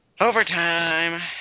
overtime